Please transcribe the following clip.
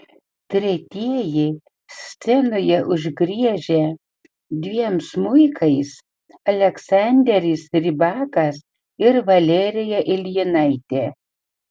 tretieji scenoje užgriežę dviem smuikais aleksanderis rybakas ir valerija iljinaitė